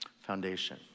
foundation